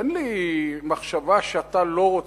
אין לי מחשבה שאתה לא רוצה.